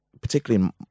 particularly